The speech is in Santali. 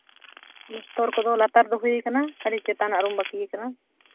ᱯᱞᱟᱥᱴᱟᱨ ᱠᱚᱫᱚ ᱞᱟᱛᱟᱨ ᱫᱚ ᱦᱩᱭ ᱠᱟᱱᱟ ᱠᱟᱹᱴᱤᱡ ᱪᱮᱛᱟᱱᱟᱜ ᱨᱩᱢ ᱵᱟᱹᱠᱤᱭ ᱠᱟᱱᱟ